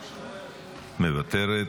מוותרת,